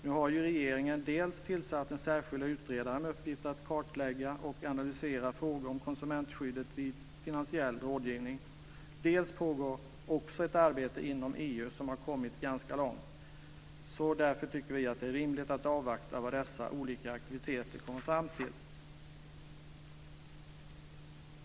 Nu har ju dels regeringen tillsatt en särskild utredare med uppgift att kartlägga och analysera frågor om konsumentskyddet vid finansiell rådgivning, dels pågår ett arbete inom EU som har kommit ganska långt. Därför tycker vi att det är rimligt att avvakta vad dessa olika aktiviteter kommer fram till.